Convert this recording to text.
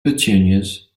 petunias